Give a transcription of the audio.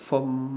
from